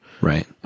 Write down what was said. Right